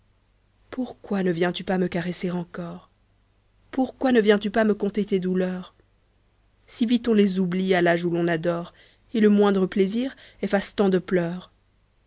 pourquoi ne viens-tu pas me caresser encore pourquoi ne viens-tu pas me conter tes douleurs si vite on les oublie à l'âge où l'on adore et le moindre plaisir efface tant de pleurs